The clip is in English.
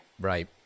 Right